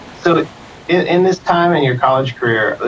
so in this time in your college career,